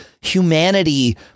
humanity